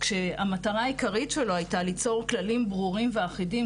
כשהמטרה העיקרית שלו הייתה ליצור כללים ברורים ואחידים,